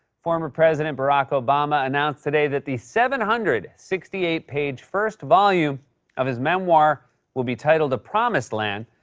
former president barack obama announced today that the seven hundred and sixty eight page first volume of his memoir will be titled the promised land.